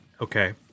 Okay